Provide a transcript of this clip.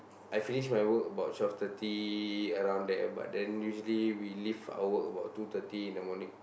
I finish my work about twelve thirty around there but then usually we leave our work about two thirty in the morning